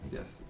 Yes